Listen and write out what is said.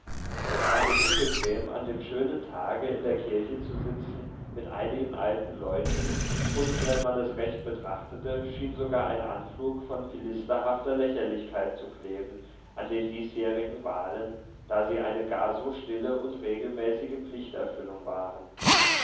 es war ihm unbequem an dem schönen tage in der kirche zu sitzen mit einigen alten leuten und wenn man es recht betrachtete schien sogar ein anflug von philisterhafter lächerlichkeit zu kleben an den diesjährigen wahlen da sie eine gar so stille und regelmäßige pflichterfüllung waren